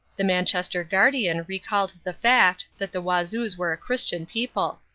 the manchester guardian recalled the fact that the wazoos were a christian people.